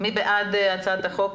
מי בעד אישור הצעת החוק?